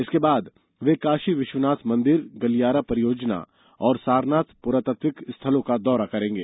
इसके बाद वे काशी विश्वनाथ मंदिर गलियारा परियोजना और सारनाथ पुरातत्विक स्थलों का दौरा करेंगे